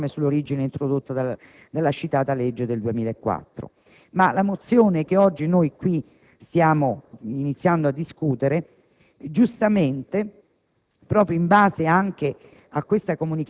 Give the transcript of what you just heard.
di una procedura d'infrazione in relazione alle norme sull'origine introdotta dalla citata legge del 2004, ma la mozione che oggi noi qui stiamo iniziando a discutere, in base